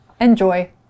Enjoy